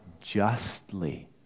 justly